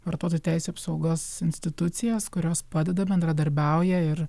vartotojų teisių apsaugos institucijas kurios padeda bendradarbiauja ir